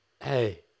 hey